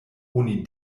oni